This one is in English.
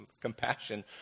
compassion